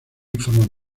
forman